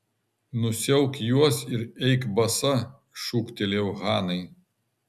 nusiauk juos ir eik basa šūktelėjau hanai